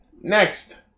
next